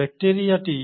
ব্যাকটিরিয়াটি